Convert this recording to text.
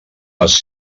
les